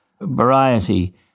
variety